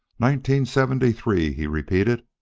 nineteen seventy-three, he repeated.